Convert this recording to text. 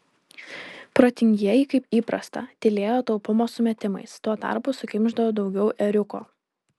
protingieji kaip įprasta tylėjo taupumo sumetimais tuo tarpu sukimšdavo daugiau ėriuko